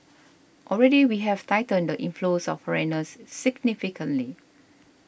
already we have tightened the inflows of foreigners significantly